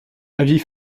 avis